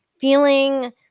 feeling